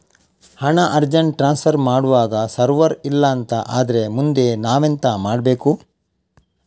ಹಣ urgent transfer ಮಾಡ್ವಾಗ server ಇಲ್ಲಾಂತ ಆದ್ರೆ ಮುಂದೆ ನಾವೆಂತ ಮಾಡ್ಬೇಕು?